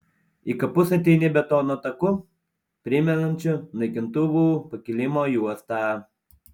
į kapus ateini betono taku primenančiu naikintuvų pakilimo juostą